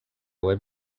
web